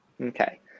Okay